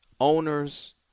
owners